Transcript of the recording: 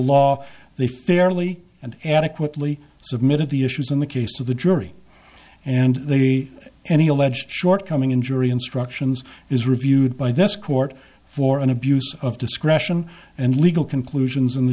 law they fairly and adequately submitted the issues in the case of the jury and the any alleged shortcoming in jury instructions is reviewed by this court for an abuse of discretion and legal conclusions in the